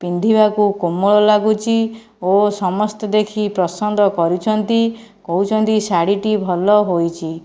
ପିନ୍ଧିବାକୁ କୋମଳ ଲାଗୁଛି ଓ ସମସ୍ତେ ଦେଖି ପସନ୍ଦ କରୁଛନ୍ତି କହୁଛନ୍ତି ଶାଢ଼ୀଟି ଭଲ ହୋଇଛି